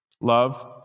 love